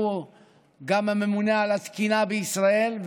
שהוא גם ממונה על התקינה בישראל.